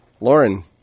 Lauren